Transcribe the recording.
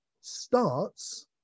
starts